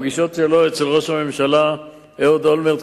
הפגישות שלו עם ראש הממשלה אהוד אולמרט,